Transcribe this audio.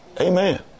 Amen